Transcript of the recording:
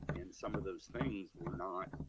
and some of those things we're not